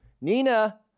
Nina